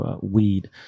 weed